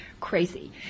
crazy